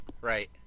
Right